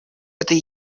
это